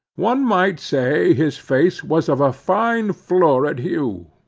one might say, his face was of a fine florid hue,